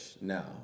now